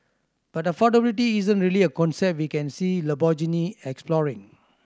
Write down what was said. but affordability isn't really a concept we can see Lamborghini exploring